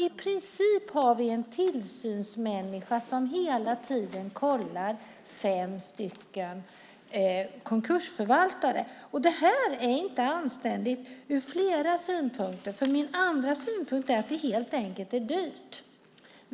I princip finns det en tillsynsmänniska per fem konkursförvaltare hela tiden. Detta är inte anständigt ur flera synvinklar. Min andra synpunkt är att det helt enkelt är dyrt.